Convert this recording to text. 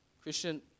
Christian